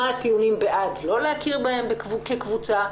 מה הטיעונים לא להכיר בהן כקבוצה?